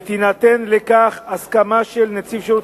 ויינתנו לכך הסכמה של נציב שירות